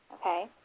Okay